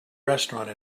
restaurant